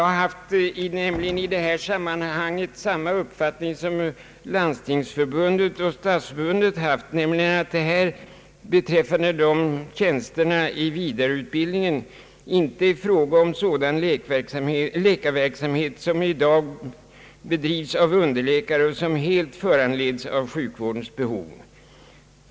I detta avseende har jag nämligen haft samma uppfattning som Landstingsförbundet och = Stadsförbundet, nämligen att tjänsterna i vidareutbildningen inte gäller sådan läkarverksamhet som i dag bedrivs av underläkare och som helt föranleds av sjukvårdens behov.